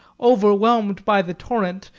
overwhelmed by the torrent,